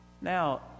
Now